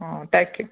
ಹಾಂ thank you